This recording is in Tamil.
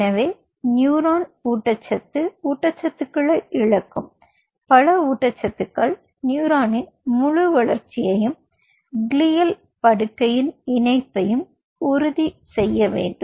எனவே நியூரான் ஊட்டச்சத்து ஊட்டச்சத்துக்களை இழக்கும் பல ஊட்டச்சத்துக்கள் நியூரானின் முழு வளர்ச்சியையும் கிளியா படுக்கையில் இணைப்பையும் உறுதி செய்ய வேண்டும்